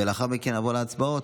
ולאחר מכן נעבור להצבעות.